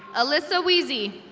alyssa wheezey.